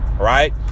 right